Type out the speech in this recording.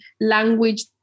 language